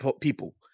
people